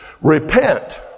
Repent